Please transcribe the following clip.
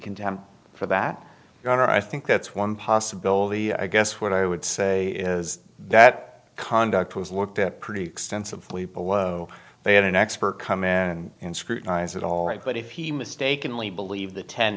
or i think that's one possibility i guess what i would say is that conduct was looked at pretty extensively below they had an expert come in and scrutinize it all right but if he mistakenly believed the ten